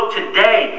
today